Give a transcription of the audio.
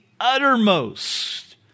uttermost